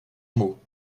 mot